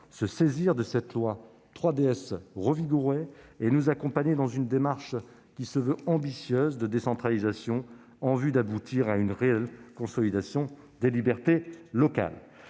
se saisir de cette loi 3DS revigorée et nous accompagner dans une démarche de décentralisation qui se veut ambitieuse, en vue d'aboutir à une réelle consolidation des libertés locales.